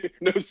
No